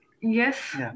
Yes